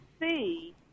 see